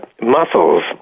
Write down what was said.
muscles